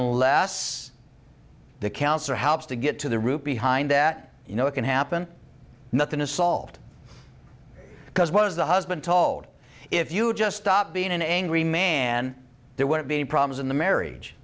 unless the counselor helps to get to the root behind that you know it can happen nothing is solved because one of the husband told if you just stop being an angry man there won't be any problems in the marriage